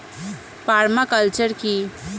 Parma culture কি?